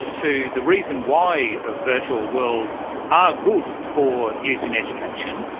ah to the reason why ah virtual worlds are good for use in education.